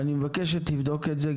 אני מבקש שתבדוק את זה,